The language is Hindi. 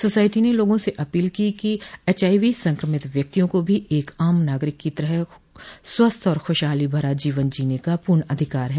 सोसायटी ने लोगों से अपील की कि एचआईवी संक्रमित व्यक्तियों को भी एक आम नागरिक की तरह स्वस्थ और खुशहाली भरा जीवन जीने का पूर्ण अधिकार है